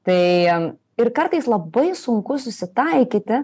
tai ir kartais labai sunku susitaikyti